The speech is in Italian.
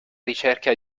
ricerca